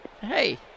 hey